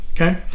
okay